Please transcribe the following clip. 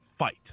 fight